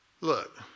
look